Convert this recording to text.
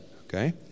Okay